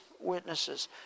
witnesses